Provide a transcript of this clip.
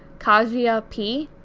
kashaiah p.